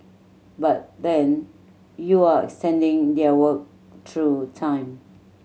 but then you're their work through time